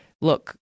look